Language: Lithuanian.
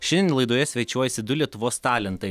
šiandien laidoje svečiuojasi du lietuvos talentai